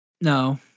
No